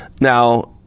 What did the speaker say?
Now